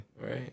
Right